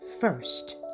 first